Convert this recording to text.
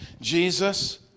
Jesus